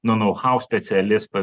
nu haus specialisto